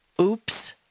oops